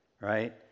Right